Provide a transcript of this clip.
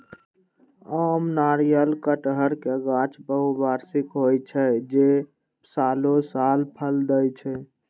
आम, नारियल, कहटर के गाछ बहुवार्षिक होइ छै, जे सालों साल फल दै छै